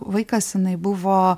vaikas jinai buvo